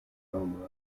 roma